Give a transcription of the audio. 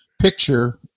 picture